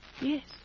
Yes